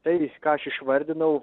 tai ką aš išvardinau